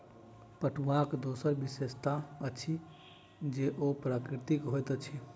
पटुआक दोसर विशेषता अछि जे ओ प्राकृतिक होइत अछि